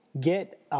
get